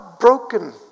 broken